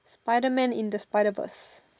Spiderman in the Spiderverse